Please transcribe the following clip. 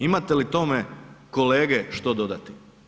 Imate li tome, kolege što dodati?